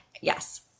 yes